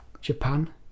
Japan